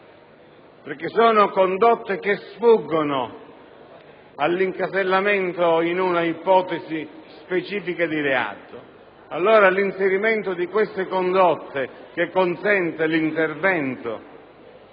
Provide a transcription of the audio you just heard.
perché sono condotte che sfuggono all'incasellamento in una ipotesi specifica di reato. Allora l'inserimento di queste condotte per consentire